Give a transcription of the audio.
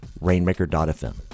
rainmaker.fm